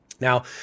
Now